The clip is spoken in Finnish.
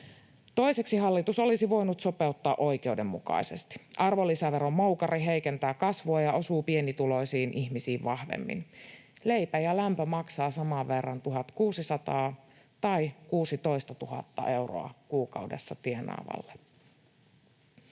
Toiseksi hallitus olisi voinut sopeuttaa oikeudenmukaisesti. Arvonlisäveromoukari heikentää kasvua ja osuu pienituloisiin ihmisiin vahvemmin. Leipä ja lämpö maksavat saman verran 1 600 tai 16 000 euroa kuukaudessa tienaavalle.